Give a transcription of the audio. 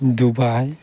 Dubai